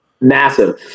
Massive